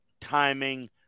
timing